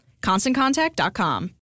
ConstantContact.com